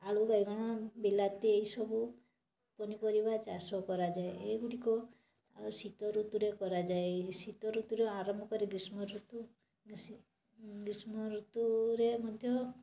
ଆଳୁ ବାଇଗଣ ବିଲାତି ଏଇ ସବୁ ପନିପରିବା ଚାଷ କରାଯାଏ ଏଇଗୁଡ଼ିକ ଶୀତ ଋତୁରେ କରାଯାଏ ଏଇ ଶୀତ ଋତୁରୁ ଆରମ୍ଭ କରି ଗ୍ରୀଷ୍ମ ଋତୁ ଗ୍ରୀଷ୍ମ ଋତୁରେ ମଧ୍ୟ